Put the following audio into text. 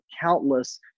countless